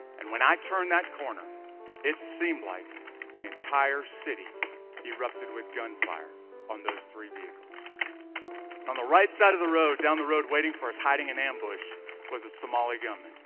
and when i turned that corner it seemed like the entire city erupted with gunfire on those three vehicles on the right side of the road down the road waiting for us hiding an ambush was a somali gunman